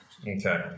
Okay